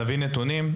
נביא נתונים,